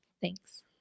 Thanks